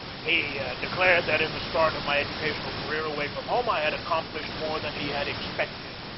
he declared that in the start of my educational career away from home i had accomplished more than he had expected.